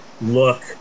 look